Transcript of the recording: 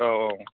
औ औ